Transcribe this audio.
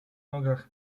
nogach